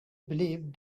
believe